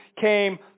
came